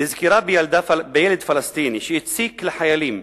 נזכרה בילד פלסטיני שהציק לחיילים,